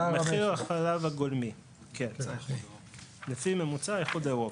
מחיר החלב הגולמי לפי ממוצע האיחוד האירופי.